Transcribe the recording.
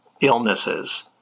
illnesses